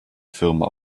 firma